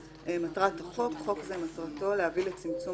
מטרת החוק X. חוק זה מטרתו להביא לצמצום